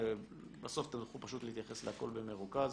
ובסוף תוכלו להתייחס לכול במרוכז.